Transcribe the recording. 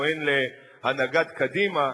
הטוען להנהגת קדימה,